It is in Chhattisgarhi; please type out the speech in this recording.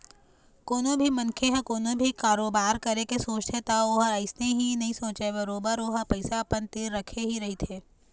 कोनो भी मनखे ह कोनो भी कारोबार करे के सोचथे त ओहा अइसने ही नइ सोचय बरोबर ओहा पइसा अपन तीर रखे ही रहिथे